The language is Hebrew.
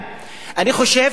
במיוחד מהימין,